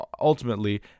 ultimately